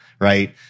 Right